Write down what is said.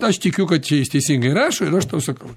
aš tikiu kad čia jis teisingai rašo ir aš tau sakau